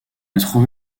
trouvé